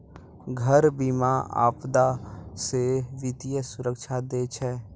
घर बीमा, आपदा से वित्तीय सुरक्षा दै छै